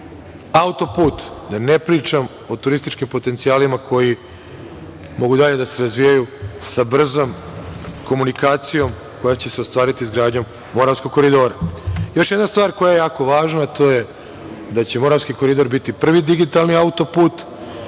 auto-put. Da ne pričam o turističkim potencijalima koji mogu dalje da se razvijaju sa brzom komunikacijom koja će se ostvariti izgradnjom Moravskog koridora. Još jedna stvar koja je jako važna, to je da će Moravski koridor biti prvi digitalni auto-put,